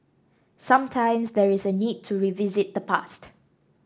sometimes there is a need to revisit the past